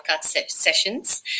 sessions